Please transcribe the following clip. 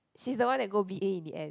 she's the one that go b_a in the end